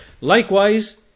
Likewise